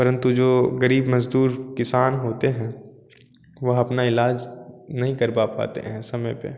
परंतु जो ग़रीब मज़दूर किसान होते हैं वह अपना इलाज नहीं करवा पाते हैं समय पर